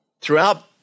Throughout